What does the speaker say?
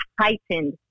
heightened